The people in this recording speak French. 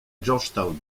georgetown